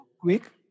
quick